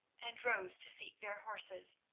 and rose to seek their horses,